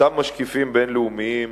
אותם משקיפים בין-לאומיים